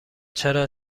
چرا